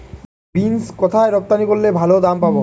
Beans কোথায় রপ্তানি করলে ভালো দাম পাব?